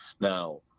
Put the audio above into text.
now